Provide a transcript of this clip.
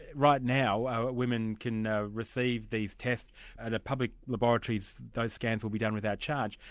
right now women can receive these tests at public laboratories, those scans will be done without charge.